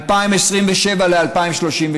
2027 ל-2032.